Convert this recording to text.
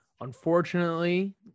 Unfortunately